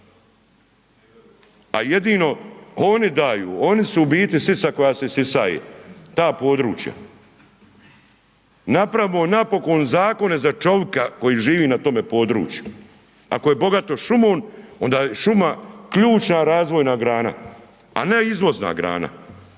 a jedino oni daju, oni su u biti sisa koja se sisaje, ta područja. Napravimo napokon zakone za čovika koji živi na tome području, ako je bogato šumom onda je šuma ključna razvojna grana, a ne izvozna grana,